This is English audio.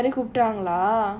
wait குடுத்தாங்களா:kuduthaangalaa